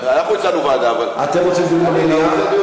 אנחנו הצענו ועדה, אתם רוצים דיון במליאה?